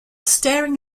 staring